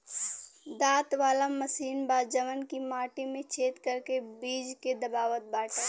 दांत वाला मशीन बा जवन की माटी में छेद करके बीज के दबावत बाटे